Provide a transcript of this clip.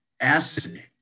acid